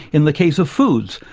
in the case of foods,